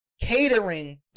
catering